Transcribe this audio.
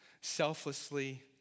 selflessly